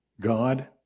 God